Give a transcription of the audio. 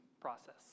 process